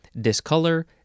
Discolor